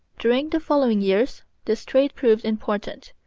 during the following years this trade proved important.